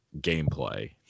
gameplay